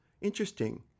Interesting